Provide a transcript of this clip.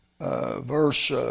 verse